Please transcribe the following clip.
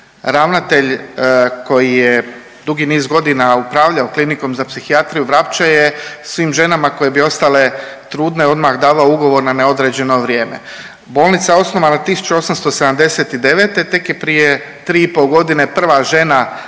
ravnatelj koji je dugi niz godina upravljao Klinikom za psihijatriju Vrapče je svim ženama koje bi ostale trudne odmah davao ugovor na neodređeno vrijeme. Bolnica je osnovana 1879., tek je prije tri i po godine prva žena postala